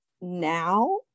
now